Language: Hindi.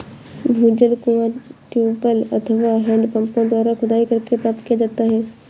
भूजल कुओं, ट्यूबवैल अथवा हैंडपम्पों द्वारा खुदाई करके प्राप्त किया जाता है